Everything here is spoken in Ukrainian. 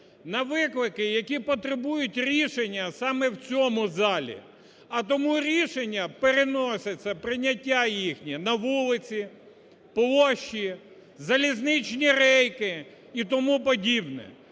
на виклики, які потребують рішення саме в цьому залі. А тому рішення переноситься, прийняття їхнє, на вулиці, площі, залізничні рейки і тому подібне.